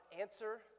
answer